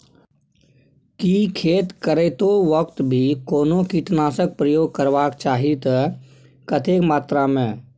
की खेत करैतो वक्त भी कोनो कीटनासक प्रयोग करबाक चाही त कतेक मात्रा में?